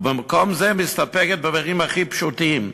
ובמקום זה מסתפקת בדברים הכי פשוטים,